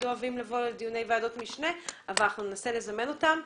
אוהבים לבוא לדיוני ועדות משנה אבל אנחנו ננסה לזמן אותם.